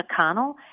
McConnell